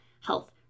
health